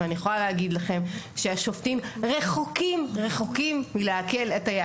ואני יכולה להגיד לכם שהשופטים רחוקים מלהקל את היד.